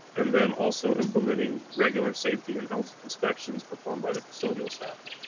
and then also implementing regular safety and health inspections performed by the custodial staff.